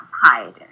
hide